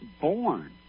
born